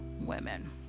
women